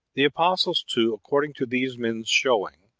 the apostles, too, according to these men's showing,